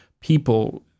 people